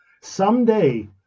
someday